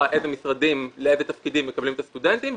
לאיזה תפקידים מקבלים את הסטודנטים במשרדים.